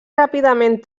ràpidament